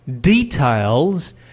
details